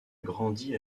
grandit